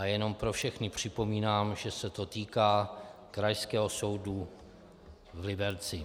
Jenom pro všechny připomínám, že se to týká Krajského soudu v Liberci.